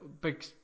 big